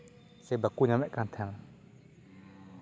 ᱥᱮ ᱵᱟᱠᱚ ᱧᱟᱢᱮᱫ ᱠᱟᱱ ᱛᱟᱦᱮᱱᱟ